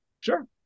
Sure